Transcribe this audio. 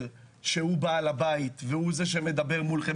שהוא בעל הבית והוא זה שמדבר מולכם.